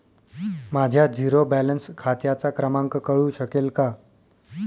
माझ्या zero balance खात्याचा क्रमांक कळू शकेल का?